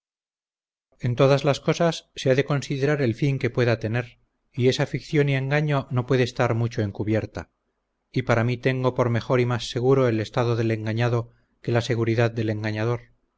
en todas las cosas se ha de considerar el fin que pueda tener y esa ficción y engaño no puede estar mucho encubierta y para mí tengo por mejor y más seguro el estado del engañado que la seguridad del engañador